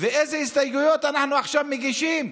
ואיזה הסתייגויות אנחנו עכשיו מגישים?